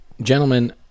gentlemen